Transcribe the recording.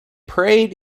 prayed